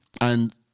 And-